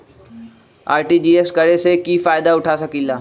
RTGS करे से की फायदा उठा सकीला?